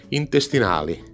intestinali